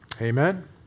Amen